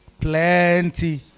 plenty